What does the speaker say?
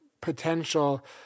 potential